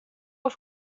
auf